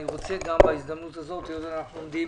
אני רוצה גם בהזדמנות הזאת, היות ואנחנו עומדים